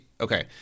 Okay